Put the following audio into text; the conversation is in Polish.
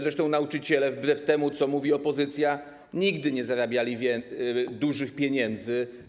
Zresztą nauczyciele, wbrew temu, co mówi opozycja, nigdy nie zarabiali dużych pieniędzy.